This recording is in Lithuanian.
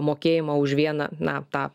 mokėjimą už vieną na tą